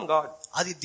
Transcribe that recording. God